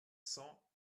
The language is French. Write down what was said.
cents